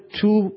two